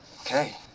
Okay